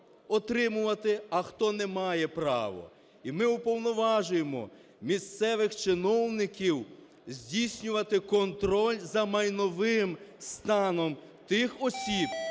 отримувати, а хто не має права. І ми уповноважуємо місцевих чиновників здійснювати контроль за майновим станом тих осіб,